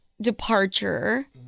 departure